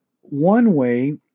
One-way